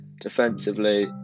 Defensively